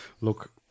look